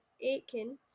Aiken